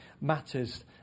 matters